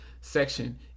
section